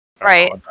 Right